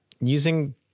using